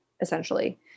essentially